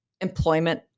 employment